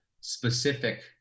specific